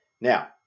now